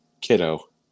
Kiddo